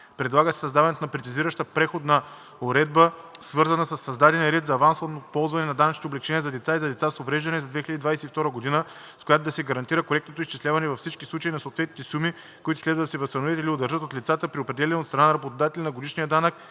Предлага се създаването на прецизираща преходна уредба, свързана със създадения ред за авансово ползване на данъчните облекчения за деца и за деца с увреждания за 2022 г., с която да се гарантира коректното изчисляване във всички случаи на съответните суми, които следва да се възстановят или удържат от лицата при определяне от страна на работодателя на годишния данък